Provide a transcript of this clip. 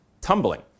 tumbling